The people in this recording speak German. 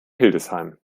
hildesheim